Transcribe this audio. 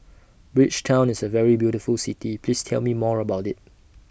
Bridgetown IS A very beautiful City Please Tell Me More about IT